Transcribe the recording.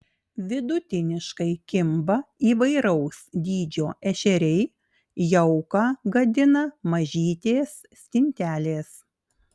vidutiniškai kimba įvairaus dydžio ešeriai jauką gadina mažytės stintelės